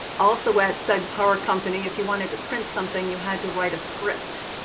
also at said power company, if you wanted to print something, you had to write a script.